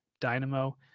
Dynamo